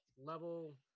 level